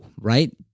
right